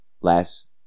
last